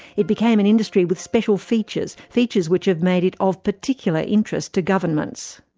it became an industry with special features, features which have made it of particular interest to governments.